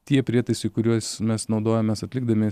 tie prietaisai kuriuos mes naudojamės atlikdami